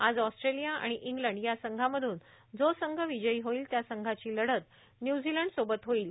आज ऑस्ट्रेलिया आणि इंग्लंड या संघामधून जो संघ विजयी होईल त्या संघाची लढत न्यूझीलंड सोबत होईल